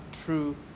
true